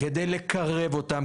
כדי לקרב אותם,